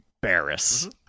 Barris